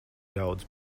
ļaudis